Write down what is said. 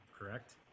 correct